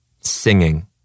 Singing